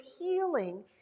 healing